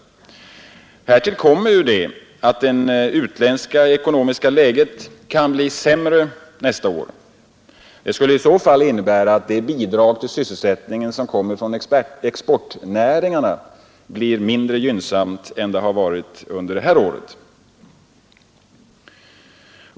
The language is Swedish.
Härtill kommer att det utländska ekonomiska läget kan bli sämre nästa år. Detta skulle i så fall innebära att det bidrag till sysselsättningen som kommer från exportnäringarna blir mindre gynnsamt än det har varit i år.